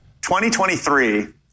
2023